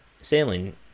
sailing